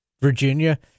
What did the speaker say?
Virginia